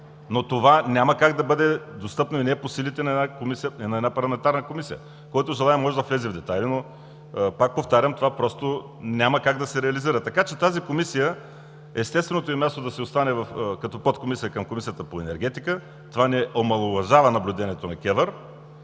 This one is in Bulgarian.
Но това няма как да бъде достъпно и не е по силите на една парламентарна комисия. Който желае, може да влезе в детайли, но… Пак повтарям, това просто няма как да се реализира. Така че естественото място на тази комисия е да си остане като подкомисия към Комисията по енергетика. Това не омаловажава наблюдението на КЕВР.